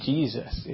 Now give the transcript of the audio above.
Jesus